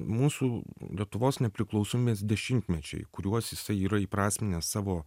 mūsų lietuvos nepriklausomybės dešimtmečiai kuriuos jisai yra įprasminęs savo